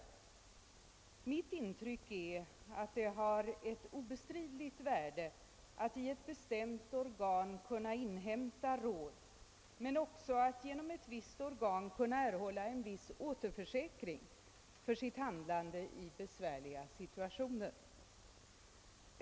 Det är mitt intryck att det har ett obestridligt värde att i ett bestämt organ kunna inhämta råd men även att i ett visst organ kunna erhålla en återförsäkring för sitt handlande i besvärliga situationer.